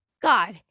God